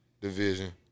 division